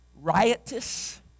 Riotous